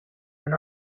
and